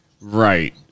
Right